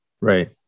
Right